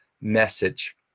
message